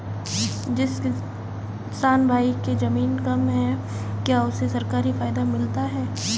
जिस किसान भाई के ज़मीन कम है क्या उसे सरकारी फायदा मिलता है?